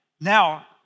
now